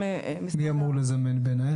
ומי אמור לזמן את זה?